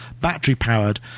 battery-powered